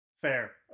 Fair